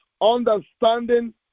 understanding